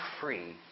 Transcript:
free